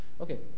Okay